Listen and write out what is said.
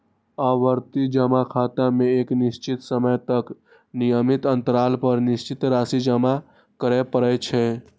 आवर्ती जमा खाता मे एक निश्चित समय तक नियमित अंतराल पर निश्चित राशि जमा करय पड़ै छै